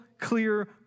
clear